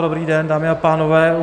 Dobrý den, dámy a pánové.